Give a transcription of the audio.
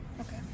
Okay